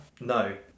No